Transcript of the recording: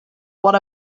what